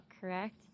correct